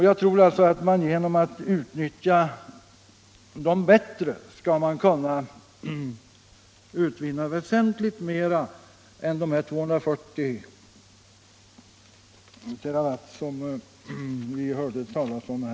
Jag tror alltså att man genom att utnyttja fallhöjderna bättre skall kunna utvinna väsentligt mer än de 240 GWh som vi här hörde talas om.